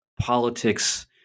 politics